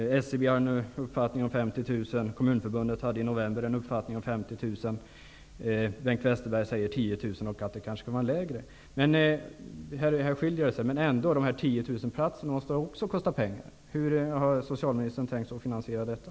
SCB har en uppfattning om 50 000 barn, Kommunförbundet hade i november en uppfattning om 50 000 och Bengt Westerberg säger 10 000 och att det kanske kan vara lägre. Här skiljer det sig. Men dessa 10 000 platser måste också kosta pengar. Hur har socialministern tänkt sig att finansiera detta?